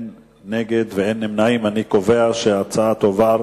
ההצעה להעביר